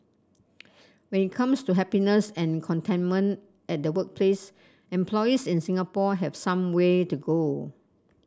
when it comes to happiness and contentment at the workplace employees in Singapore have some way to go